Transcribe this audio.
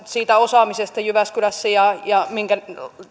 siitä osaamisesta jyväskylässä ja ja minkä